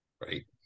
Right